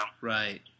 Right